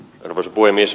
arvoisa puhemies